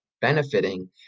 benefiting